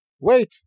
Wait